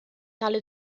tale